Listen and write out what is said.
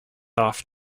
off